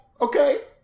Okay